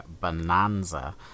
bonanza